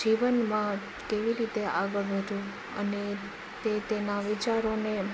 જીવનમાં કેવી રીતે આગળ વધવું અને તે તેના વિચારોને